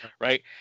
right